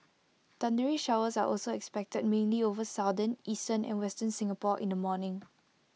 thundery showers are also expected mainly over southern eastern and western Singapore in the morning